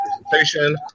presentation